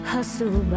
Hustle